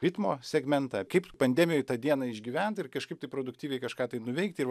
ritmo segmentą kaip pandemijoj tą dieną išgyvent ir kažkaip tai produktyviai kažką tai nuveikt ir va